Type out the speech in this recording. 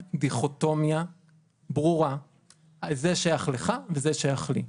דיכוטומיה ברורה - זה שייך לך וזה שייך לי.